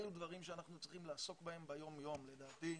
אלה דברים שאנחנו צריכים לעסוק בהם ביום יום לדעתי.